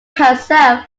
herself